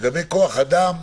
לגבי כוח אדם,